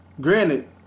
Granted